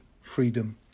freedom